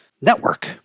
network